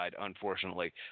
unfortunately